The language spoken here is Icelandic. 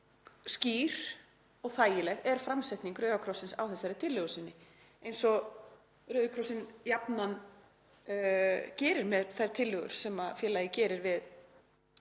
skýr og þægileg er framsetning Rauða krossins á þessari tillögu sinni, eins og Rauði krossinn gerir jafnan með þær tillögur sem félagið gerir við